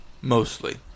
mostly